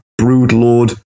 Broodlord